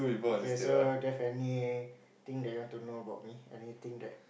okay so there's any thing that you want to know about me anything that